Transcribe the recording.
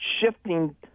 shifting